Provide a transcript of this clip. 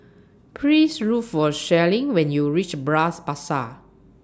Please Look For Sherlyn when YOU REACH Bras Basah